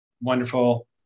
wonderful